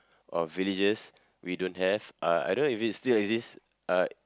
or villages we don't have uh I don't know if it still exists uh